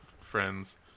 Friends